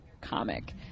comic